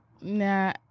Nah